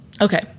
Okay